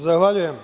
Zahvaljujem.